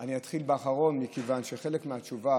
אני אתחיל באחרון מכיוון שחלק מהתשובה